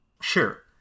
Sure